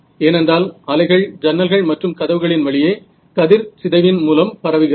ஏனென்றால் அலைகள் ஜன்னல்கள் மற்றும் கதவுகளின் வழியே கதிர் சிதைவின் மூலம் பரவுகிறது